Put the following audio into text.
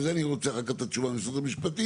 ולזה אני רוצה את התשובה מהסיוע המשפטי,